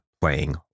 playing